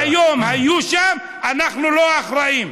שהיו שם היום אנחנו לא אחראים.